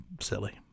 silly